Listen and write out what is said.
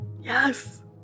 Yes